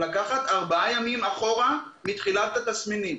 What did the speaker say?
צריך לקחת ארבעה ימים אחורה מתחילת התסמינים,